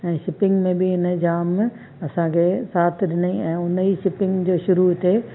ऐं शिपिंग में बि इन जाम असांखे साथ ॾिनई ऐं उन ई शिपिंग जो शुरू हिते